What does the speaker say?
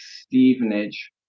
Stevenage